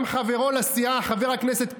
גם חברו לסיעה, חבר הכנסת קרגמן,